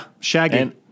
shagging